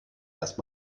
erst